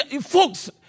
Folks